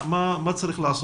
מה צריך לעשות.